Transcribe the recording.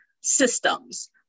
systems